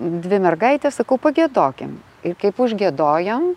dvi mergaitės sakau pagiedokim ir kaip užgiedojom